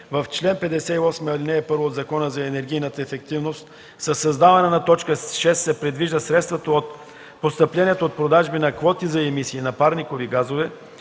в чл. 58, ал. 1 от Закона за енергийната ефективност със създаване на т. 6 се предвижда средствата от постъпления от продажби на квоти за емисии на парникови газове